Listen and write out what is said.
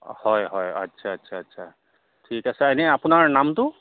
হয় হয় আচ্ছা আচ্ছা আচ্ছা ঠিক আছে এনেই আপোনাৰ নামটো